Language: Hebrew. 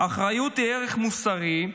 "אחריות היא ערך מוסרי,